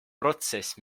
protsess